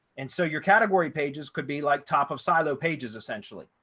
and so your category pages could be like top of silo pages, essentially.